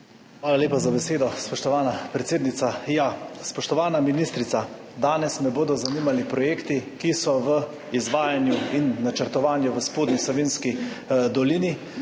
Hvala lepa za besedo, spoštovana predsednica. Spoštovana ministrica, danes me bodo zanimali projekti, ki so v izvajanju in načrtovanju v Spodnji Savinjski dolini.